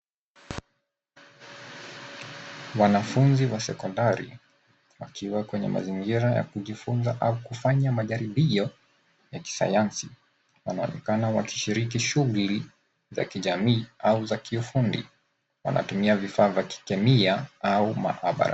Wanafunzi wa sekondari wakiwa kwenye mazingira ya kujifunza au kufanya majaribio ya kisayansi wanaonekana wakishiriki shughuli za kijamii au za kiufundi, wanatumia vifaa vya kikemia au mahabara.